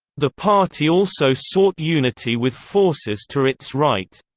the party also sought unity with forces to its right.